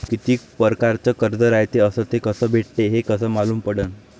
कितीक परकारचं कर्ज रायते अस ते कस भेटते, हे कस मालूम पडनं?